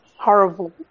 horrible